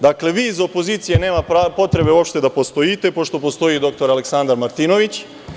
Dakle, vi iz opozicije nema potrebe uopšte da postojite, pošto postoji dr Aleksandar Martinović.